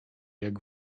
jak